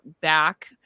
back